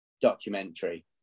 documentary